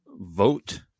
vote